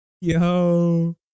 Yo